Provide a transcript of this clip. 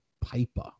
Piper